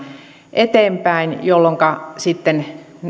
eteenpäin jolloinka sitten